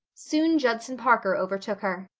soon judson parker overtook her.